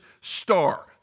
star